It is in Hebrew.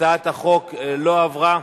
הצעת החוק לא עברה.